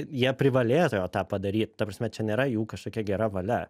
jie privalėjo tą tą padaryt ta prasme čia nėra jų kažkokia gera valia